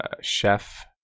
chef